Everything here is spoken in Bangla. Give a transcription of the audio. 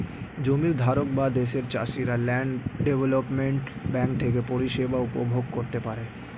জমির ধারক এবং দেশের চাষিরা ল্যান্ড ডেভেলপমেন্ট ব্যাঙ্ক থেকে পরিষেবা উপভোগ করতে পারেন